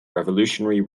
revolutionary